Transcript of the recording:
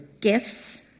gifts